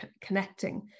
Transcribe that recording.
connecting